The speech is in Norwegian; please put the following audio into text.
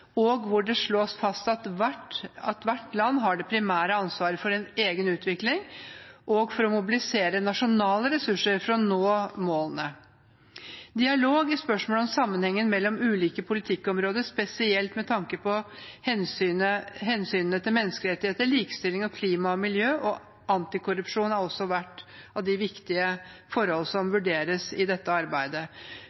og hvor det slås fast at hvert land har det primære ansvaret for en egen utvikling og for å mobilisere nasjonale ressurser for å nå målene. Dialog i spørsmålet om sammenhengen mellom ulike politikkområder, spesielt med tanke på hensynene til menneskerettigheter, likestilling, klima og miljø og anti-korrupsjon, har også vært av de viktige forholdene som